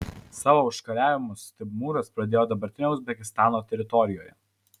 savo užkariavimus timūras pradėjo dabartinio uzbekistano teritorijoje